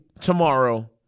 tomorrow